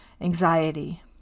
anxiety